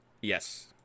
Yes